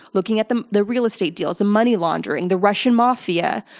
looking at the the real estate deals and money laundering the russian mafia,